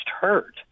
hurt